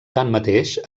tanmateix